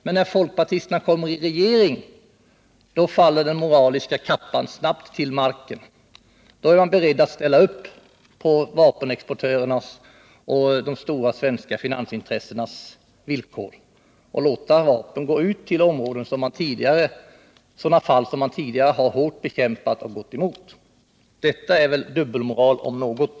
Men när folkpartisterna kommer i regeringsställning faller den moraliska kappan snabbt till marken, då är man beredd att ställa upp på vapenexportörernas och de stora svenska finansintressenas villkor och låta vapen gå ut även i sådana fall som man tidigare hårt bekämpat och gått emot. Det är väl dubbelmoral om något.